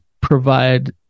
provide